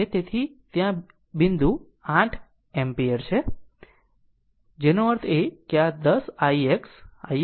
તેથી ત્યાં બિંદુ 8 એમ્પીયર છે જેનો અર્થ છે કે આ 10 ix ix 3